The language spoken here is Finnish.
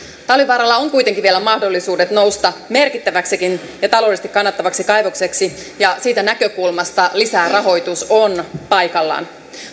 talvivaaralla on kuitenkin vielä mahdollisuudet nousta merkittäväksikin ja taloudellisesti kannattavaksi kaivokseksi ja siitä näkökulmasta lisärahoitus on paikallaan